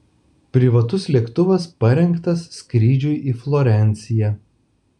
privatus lėktuvas parengtas skrydžiui į florenciją